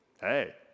hey